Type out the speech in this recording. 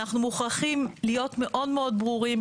אנחנו מוכרחים להיות מאוד מאוד ברורים.